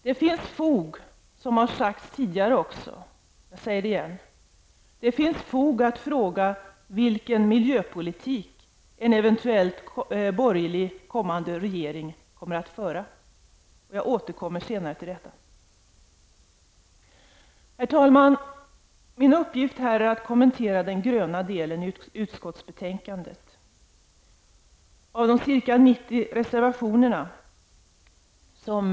Det finns fog, det har sagts tidigare, men jag upprepar det, att fråga vilken miljöpolitik en eventuell borgerlig regering kommer att föra. Jag återkommer senare till detta. Herr talman! Min uppgift här är att kommentera den gröna delen i utskottsbetänkandet. I det avseendet finns det ca 90 reservationer.